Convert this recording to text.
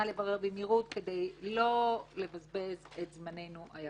נא לברר במהירות כדי לא לבזבז את זממנו היקר.